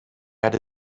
had